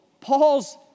Paul's